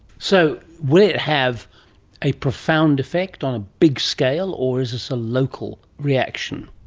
so will it have a profound effect on a big scale, or is this a local reaction?